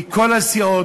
מכל הסיעות,